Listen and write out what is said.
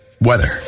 weather